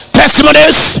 testimonies